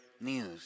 news